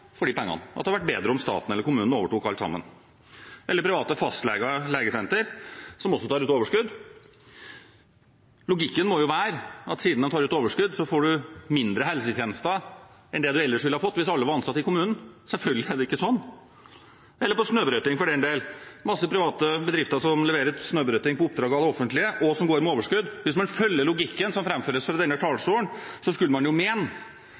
at de private leverandørene innen kollektivtrafikken tar ut overskudd, er at det offentlige får mindre kollektivtransport for pengene, og at det hadde vært bedre at staten eller kommunen overtok alt sammen. Eller det er private fastleger og legesentre som også tar ut overskudd – logikken må da være at siden de tar ut overskudd, får man færre helsetjenester enn man ville fått om alle var ansatt i kommunen. Selvfølgelig er det ikke sånn. Eller snøbrøyting, for den del – det er mange private bedrifter som leverer snøbrøyting på oppdrag fra det offentlige, og som går med overskudd. Hvis man følger logikken som framføres fra